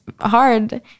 hard